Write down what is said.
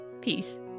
Peace